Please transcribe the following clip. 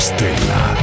Stella